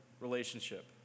relationship